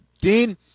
Dean